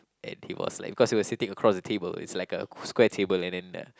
and he was like because he was sitting across the table it's like a square table and then uh